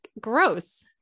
gross